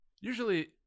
Usually